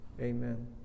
Amen